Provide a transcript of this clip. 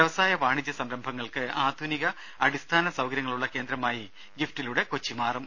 വ്യവസായ വാണിജ്യ സംരംഭങ്ങൾക്ക് ആധുനിക അടിസ്ഥാന സൌകര്യങ്ങളുള്ള കേന്ദ്രമായി ഗിഫ്റ്റിലൂടെ കൊച്ചി മാറും